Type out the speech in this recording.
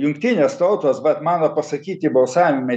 jungtinės tautos vat man pasakyti balsavimai